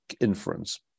inference